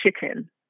chicken